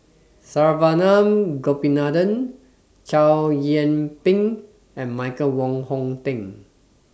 Saravanan Gopinathan Chow Yian Ping and Michael Wong Hong Teng